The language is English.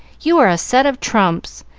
you are a set of trumps,